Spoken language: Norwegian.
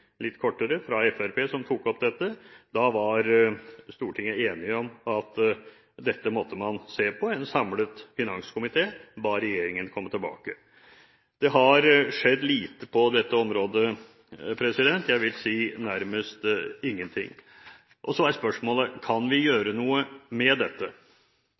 litt kortere tid – tok opp dette. Da var Stortinget enig om at dette måtte man se på. En samlet finanskomité ba regjeringen komme tilbake med dette. Det har skjedd lite på dette området – nærmest ingenting. Så er spørsmålet: Kan vi gjøre noe med dette?